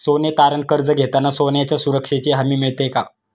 सोने तारण कर्ज घेताना सोन्याच्या सुरक्षेची हमी मिळते का?